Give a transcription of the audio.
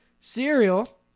Cereal